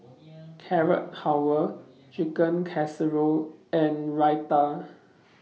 Carrot Halwa Chicken Casserole and Raita